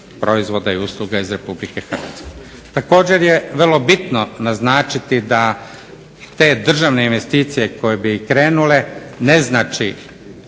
proizvoda i usluga iz RH. Također je vrlo bitno naznačiti da te državne investicije koje bi krenule ne znači